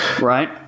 Right